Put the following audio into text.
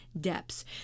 depths